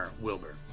Wilbur